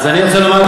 אז אני רוצה לומר לך,